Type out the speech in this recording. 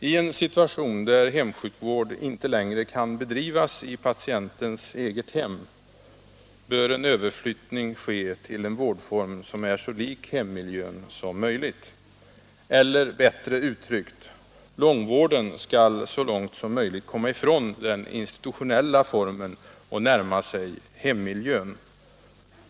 I en situation där hemsjukvård inte längre kan bedrivas i patientens eget hem bör överflyttning ske till en vårdform som är så lik hemmiljön som möjligt. Eller, bättre uttryckt: Långvården skall så långt som möjligt komma ifrån den institutionella formen och närma sig hemmiljön.